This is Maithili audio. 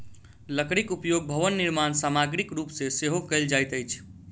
लकड़ीक उपयोग भवन निर्माण सामग्रीक रूप मे सेहो कयल जाइत अछि